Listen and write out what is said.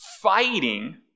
fighting